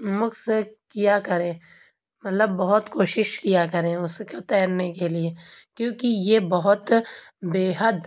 مشق کیا کریں مطلب بہت کوشش کیا کریں اس کو تیرنے کے لیے کیوں کہ یہ بہت بے حد